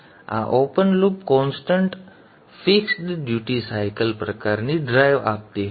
હવે આ open loop constant fixed duty cycle પ્રકારની ડ્રાઇવ આપતી હતી